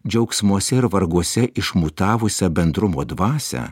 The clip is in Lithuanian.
džiaugsmuose ir varguose išmutavusią bendrumo dvasią